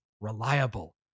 reliable